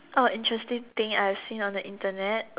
oh interesting thing I have seen on the Internet